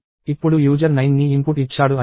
ఇప్పుడు యూజర్ 9 ని ఇన్పుట్ ఇచ్చాడు అని అనుకుందాం